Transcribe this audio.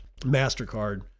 MasterCard